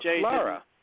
Laura